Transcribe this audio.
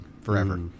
forever